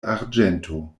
arĝento